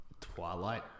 Twilight